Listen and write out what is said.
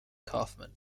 kaufman